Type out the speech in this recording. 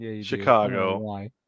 Chicago